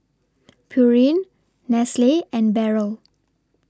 Pureen Nestle and Barrel